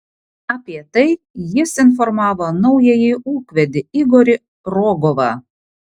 apie tai jis informavo naująjį ūkvedį igorį rogovą